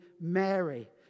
Mary